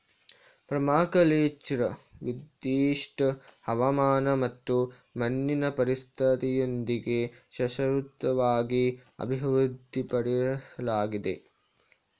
permaculture ನಿರ್ದಿಷ್ಟ ಹವಾಮಾನ ಮತ್ತು ಮಣ್ಣಿನ ಪರಿಸ್ಥಿತಿಯೊಂದಿಗೆ ಶಾಶ್ವತವಾಗಿ ಅಭಿವೃದ್ಧಿಪಡ್ಸಲಾಗಿದೆ